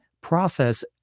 process